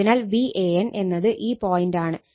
അതിനാൽ Van എന്നത് ഈ പോയിന്റ് ആണ്